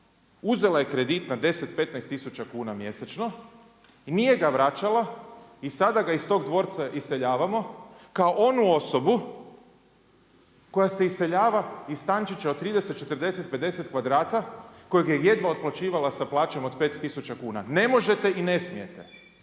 uzela je kredit na 10, 15 tisuća kuna mjesečno i nije ga vraćala i sada ga iz tog dvorca iseljavamo kao onu osobu koja se iseljava iz stančića od 30, 40, 50 kvadrata kojeg je jedva otplaćivala sa plaćom od 5 tisuća kuna. Ne možete i ne smijete.